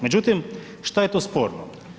Međutim, šta je tu sporno?